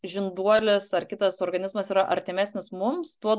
žinduolis ar kitas organizmas yra artimesnis mums tuo